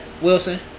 Wilson